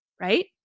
right